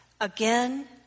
again